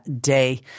Day